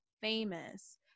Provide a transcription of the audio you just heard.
famous